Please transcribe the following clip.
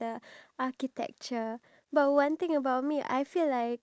because majority of the people if you think about it if they say